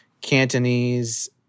Cantonese